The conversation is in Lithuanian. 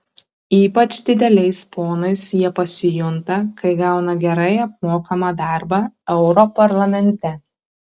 ypač dideliais ponais jie pasijunta kai gauna gerai apmokamą darbą europarlamente